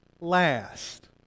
last